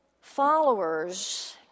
followers